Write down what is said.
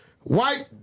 white